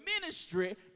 ministry